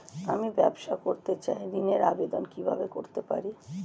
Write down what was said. আমি ব্যবসা করতে চাই ঋণের আবেদন কিভাবে করতে পারি?